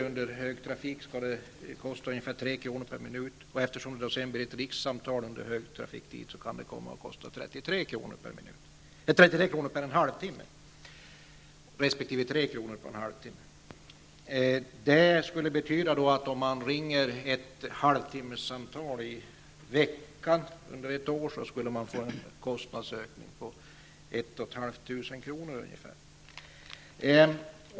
Med den nya zonindelningen räknas samtal dit som rikssamtal, och då kan samtalen under högtrafik komma att kosta 33 kr. kr. per halvtimme. Om man ringer ett halvtimmessamtal i veckan under ett år betyder det en kostnadsökning på ca 1 500 kr.